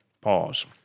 Pause